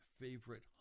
favorite